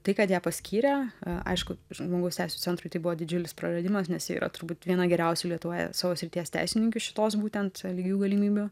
tai kad ją paskyrė aišku žmogaus teisių centrui tai buvo didžiulis praradimas nes ji yra turbūt viena geriausių lietuvoje savo srities teisininkių šitos būtent lygių galimybių